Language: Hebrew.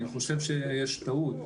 אני חושב שיש טעות.